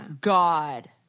God